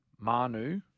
Manu